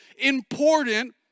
important